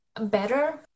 better